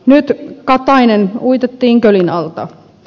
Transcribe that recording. nyt katainen uitettiin kölin alta